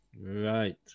Right